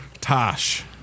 tosh